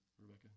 Rebecca